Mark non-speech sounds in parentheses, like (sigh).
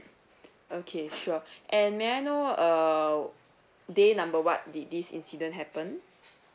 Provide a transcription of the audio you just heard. (breath) okay sure and may I know uh day number what did this incident happen